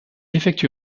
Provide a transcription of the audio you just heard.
effectue